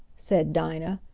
said dinah.